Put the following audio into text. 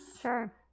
Sure